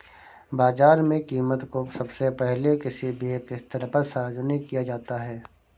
बाजार में कीमत को सबसे पहले किसी भी एक स्थल पर सार्वजनिक किया जाता है